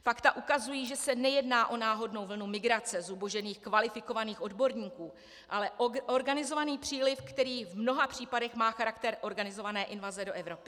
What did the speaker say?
Fakta ukazují, že se nejedná o náhodnou vlnu migrace zubožených kvalifikovaných odborníků, ale o organizovaný příliv, který v mnoha případech má charakter organizované invaze do Evropy.